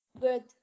Good